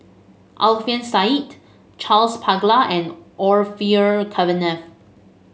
Alfian Sa'at Charles Paglar and Orfeur Cavenagh